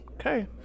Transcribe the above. okay